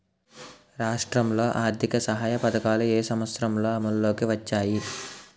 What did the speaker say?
రాష్ట్రంలో ఆర్థిక సహాయ పథకాలు ఏ సంవత్సరంలో అమల్లోకి వచ్చాయి?